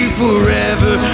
forever